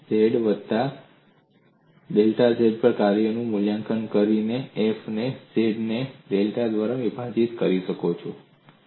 તમે z વત્તા delta z પર કાર્યનું મૂલ્યાંકન કરો f ને z ને ડેલ્ટા z દ્વારા વિભાજીત કરો